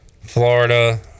Florida